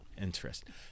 Interesting